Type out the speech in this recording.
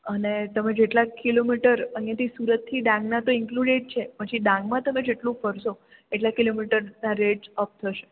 અને તમે જેટલા કિલોમીટર અહીયાથી સુરતથી ડાંગના તો ઇંકલુંડેડ છે પછી ડાંગમાં તમે જેટલું ફરશો એટલા કિલોમીટર્સના રેટ અપ થશે